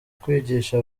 kwigisha